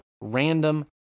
random